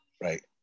right